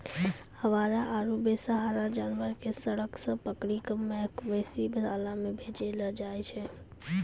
आवारा आरो बेसहारा जानवर कॅ सड़क सॅ पकड़ी कॅ मवेशी शाला मॅ भेजलो जाय छै